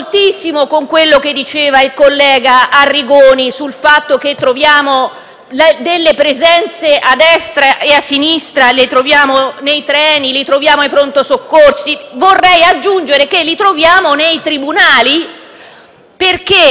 con quello che diceva il collega Arrigoni sul fatto che troviamo delle presenze a destra e a sinistra: li troviamo nei treni, nei pronto soccorsi e vorrei aggiungere che li troviamo nei tribunali perché